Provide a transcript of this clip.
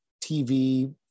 TV